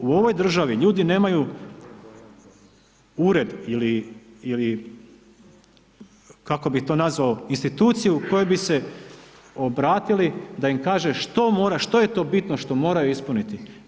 U ovoj državi, ljudi nemaju ured ili kako bi to nazvao instituciju kojoj bi se obratili, da kaže, što mora, što je to bitno što moraju ispuniti.